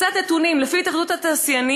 קצת נתונים: לפי התאחדות התעשיינים,